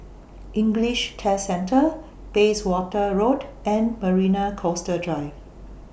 English Test Centre Bayswater Road and Marina Coastal Drive